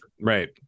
right